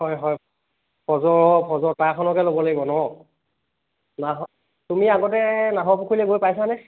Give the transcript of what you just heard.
হয় হয় ফজৰ ফজৰ তাৰ খনকে ল'ব লাগিব ন নাহ তুমি আগতে নাহৰপুখুৰীলৈ গৈ পাইছানে